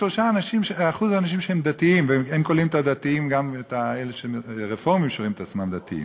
וכשאני אמרתי אתמול שראיתי את התמונה של פריסת מגילת אסתר כממש,